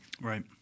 Right